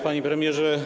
Panie Premierze!